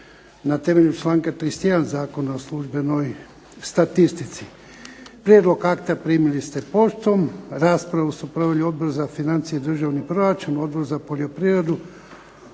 na temelju članka 31. Zakona o službenoj statistici. Prijedlog akta primili ste poštom. Raspravu su proveli Odbor za financije, državni proračun, Odbor za poljoprivredu,